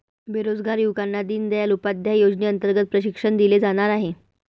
बेरोजगार युवकांना दीनदयाल उपाध्याय योजनेअंतर्गत प्रशिक्षण दिले जाणार आहे